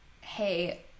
hey